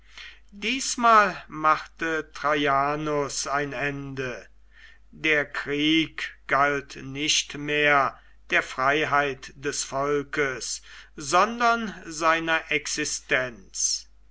diesmal machte traianus ein ende der krieg galt nicht mehr der freiheit des volkes sondern seiner existenz